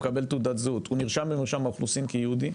הוא מקבל תעודת זהות הוא נרשם במרשם האוכלוסין כיהודי?